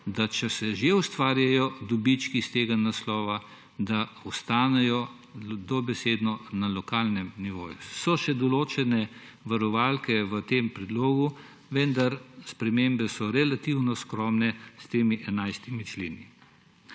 da če se že ustvarjajo dobički iz tega naslova, da ostanejo dobesedno na lokalnem nivoju. So še določene varovalke v tem predlogu, vendar spremembe so relativno skromne s temi enajstimi členi.